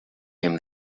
came